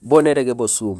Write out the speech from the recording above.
bo nérégé basuum